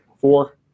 Four